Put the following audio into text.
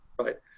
right